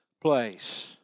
place